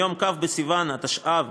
מיום כ' בסיוון התשע"ו,